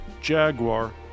Jaguar